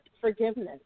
forgiveness